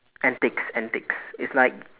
antics antics it's like